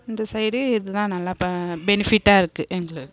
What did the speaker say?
இந்த சைடு இதுதான் நல்ல ப பெனிஃபிட்டாக இருக்குது எங்களுக்கு